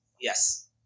Yes